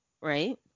right